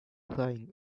lying